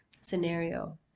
scenario